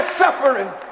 suffering